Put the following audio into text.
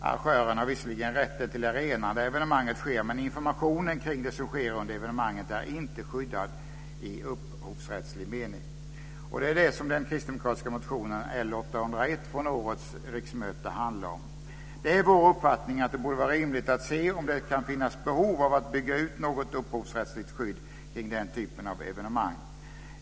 Arrangören har visserligen rätten till arenan där evenemanget sker, men informationen kring det som sker under evenemanget är inte skyddad i upphovsrättslig mening. Det är om detta den kristdemokratiska motionen L801 från årets riksmöte handlar. Det är vår uppfattning att det borde vara rimligt att se om det kan finnas behov av att bygga ut något upphovsrättsligt skydd kring den typen av evenemang.